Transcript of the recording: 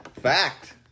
Fact